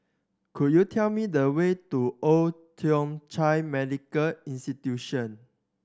could you tell me the way to Old Thong Chai Medical Institution